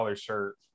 shirt